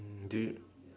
mm do you